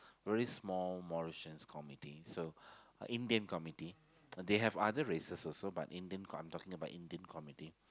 very small Mauritius committee so uh Indian committee they have other races also but Indian I'm talking about Indian committee